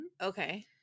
Okay